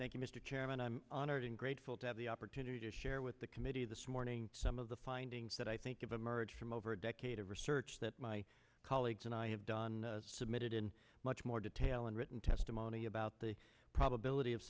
you mr chairman i'm honored and grateful to have the opportunity to share with the committee this morning some of the findings that i think of emerge from over a decade of research that my colleagues and i have done submitted in much more detail and written testimony about the probability of